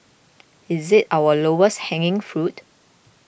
is it our lowest hanging fruit